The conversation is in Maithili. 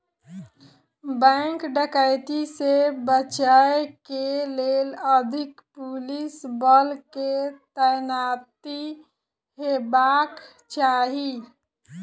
बैंक डकैती से बचय के लेल अधिक पुलिस बल के तैनाती हेबाक चाही